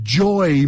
joy